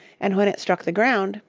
and when it struck the ground,